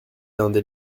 dinde